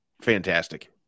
fantastic